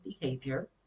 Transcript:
behavior